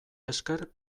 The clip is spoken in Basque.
esker